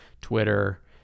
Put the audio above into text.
Twitter